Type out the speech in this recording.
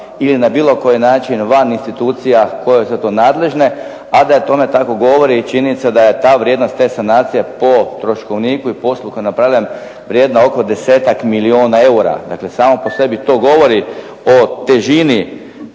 ili na bilo koji način van institucija koje su za to nadležne. A da je tome tako govori i činjenica da je ta vrijednost te sanacije po troškovniku i poslu koji je napravila vrijedna oko 10-ak milijuna eura. Dakle, samo po sebi to govori o težini